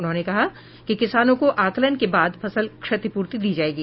उन्होंने कहा कि किसानों को आकलन के बाद फसल क्षतिप्रर्ति दी जायेगी